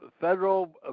federal